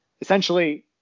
essentially